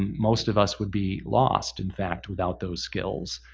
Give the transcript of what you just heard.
most of us would be lost, in fact, without those skills.